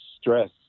stress